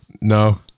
No